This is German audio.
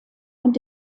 und